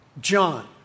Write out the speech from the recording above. John